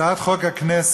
הצעת חוק הכנסת,